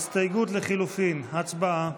הסתייגות לחלופין, הצבעה.